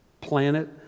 planet